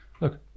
Look